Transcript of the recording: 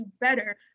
better